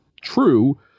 true